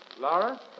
Laura